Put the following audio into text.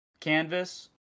Canvas